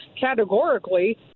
categorically